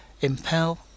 Impel